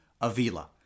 Avila